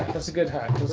that's a good hack.